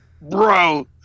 Bro